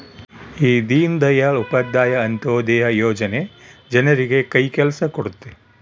ಈ ದೀನ್ ದಯಾಳ್ ಉಪಾಧ್ಯಾಯ ಅಂತ್ಯೋದಯ ಯೋಜನೆ ಜನರಿಗೆ ಕೈ ಕೆಲ್ಸ ಕೊಡುತ್ತೆ